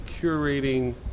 curating